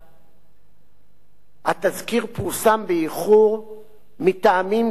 התזכיר פורסם באיחור מטעמים טכניים של משרד המשפטים,